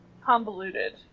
convoluted